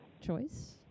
choice